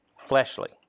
fleshly